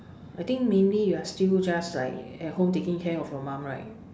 I think mainly you're still just like at home taking care of your mom right